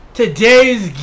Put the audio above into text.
today's